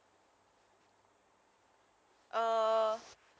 trying to trying to act cute